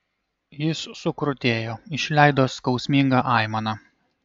jis sukrutėjo išleido skausmingą aimaną